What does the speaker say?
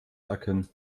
erkennen